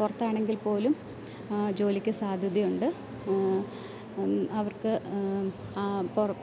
പുറത്താണെങ്കിൽ പോലും ജോലിക്ക് സാധ്യതയുണ്ട് അവർക്ക്